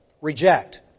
reject